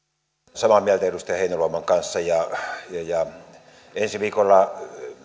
samaa mieltä edustaja heinäluoman kanssa ensi viikolla